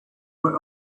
were